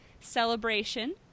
celebration